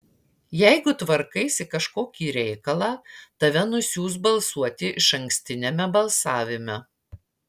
jeigu tvarkaisi kažkokį reikalą tave nusiųs balsuoti išankstiniame balsavime